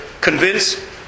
convince